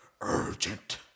urgent